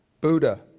Buddha